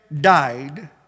died